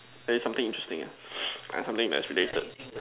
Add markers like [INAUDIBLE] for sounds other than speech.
tell you something interesting ah [NOISE] ah something that is related